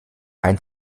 ein